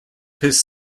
his